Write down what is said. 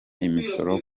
imisoro